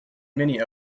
many